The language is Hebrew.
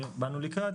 באנו לקראת,